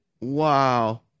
Wow